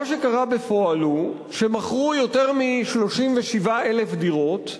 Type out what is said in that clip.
מה שקרה בפועל הוא שמכרו יותר מ-37,000 דירות,